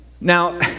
Now